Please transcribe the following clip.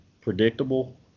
predictable